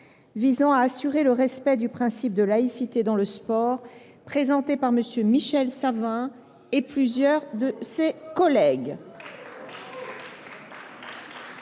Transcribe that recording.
visant à assurer le respect du principe de laïcité dans le sport, présentée par M. Michel Savin et plusieurs de ses collègues